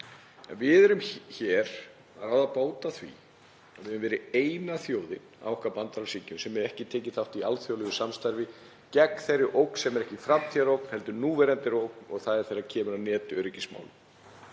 Við erum hér að ráða bót á því að við höfum verið eina þjóðin af okkar bandalagsríkjum sem hefur ekki tekið þátt í alþjóðlegu samstarfi gegn ógn sem er ekki framtíðarógn heldur núverandi ógn, og það er þegar kemur að netöryggismálum.